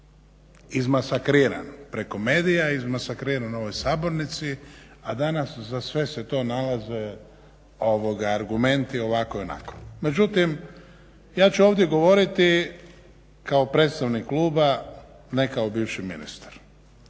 Izmasakriran preko medija, izmasakriran u ovoj sabornici, a danas za sve se to nalaze argumenti ovako i onako. Međutim, ja ću ovdje govoriti kao predstavnik kluba, ne kao bivši ministar.